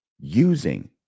using